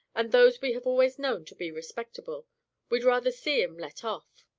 and those we have always known to be respectable we'd rather see em let off.